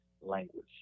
language